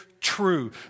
True